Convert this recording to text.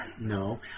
No